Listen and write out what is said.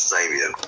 Savior